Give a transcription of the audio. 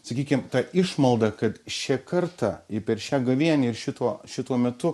sakykim ta išmalda kad šią kartą ir per šią gavėnią ir šituo šituo metu